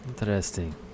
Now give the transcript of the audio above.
interesting